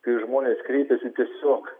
kai žmonės kreipiasi tiesiog